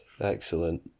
Excellent